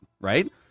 right